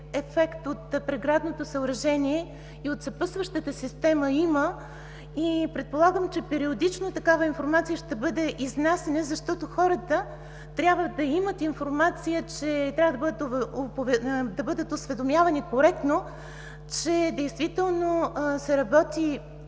ефект от преградното съоръжение и от съпътстващата система има и предполагам, че периодично такава информация ще бъде изнасяна, защото хората трябва да имат информация, да бъдат осведомявани коректно, че действително се работи